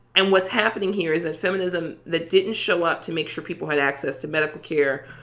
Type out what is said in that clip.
and what's happening here is that feminism that didn't show up to make sure people had access to medical care,